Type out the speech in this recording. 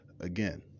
Again